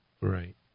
Right